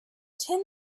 tend